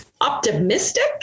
Optimistic